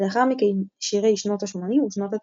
לאחר מכן שירי שנות ה-80 ושנות ה-90.